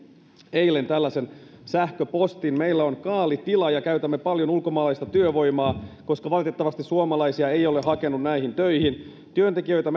eilen tällaisen sähköpostin meillä on kaalitila ja käytämme paljon ulkomaalaista työvoimaa koska valitettavasti suomalaisia ei ole hakenut näihin töihin työntekijöitä